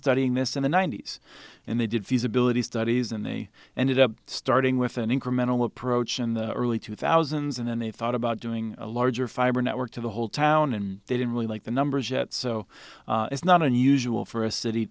studying this in the ninety's and they did feasibility studies and they ended up starting with an incremental approach in the early two thousand and then they thought about doing a larger fiber network to the whole town and they didn't really like the numbers yet so it's not unusual for a city